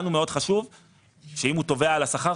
לנו מאוד חשוב שאם הוא תובע על השכר,